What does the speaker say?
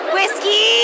Whiskey